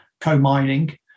co-mining